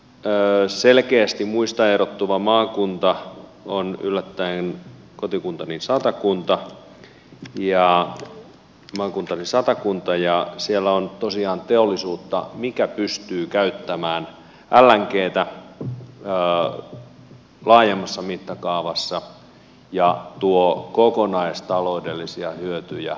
tällainen selkeästi muista erottuva maakunta on yllättäen kotimaakuntani satakunta ja siellä on tosiaan teollisuutta mikä pystyy käyttämään lngtä laajemmassa mittakaavassa ja tuo kokonaistaloudellisia hyötyjä koko suomeen